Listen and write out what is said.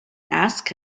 ask